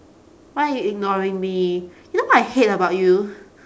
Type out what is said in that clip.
why are you ignoring me you know what I hate about you